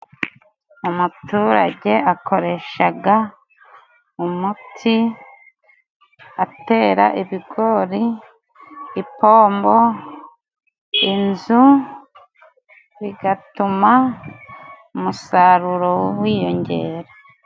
Umuturage akoreshaga umuti atera ibigori, ipombo, inzu, bigatuma umusaruro wiyongera.